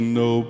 no